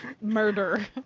Murder